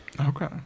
Okay